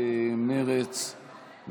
מרצ,